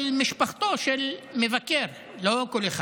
למשפחתו של מבקר, לא כל אחד.